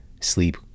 sleep